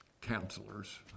counselors